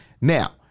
now